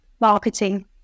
marketing